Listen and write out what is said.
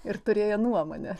ir turėjo nuomonę